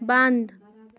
بنٛد